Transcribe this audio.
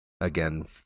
again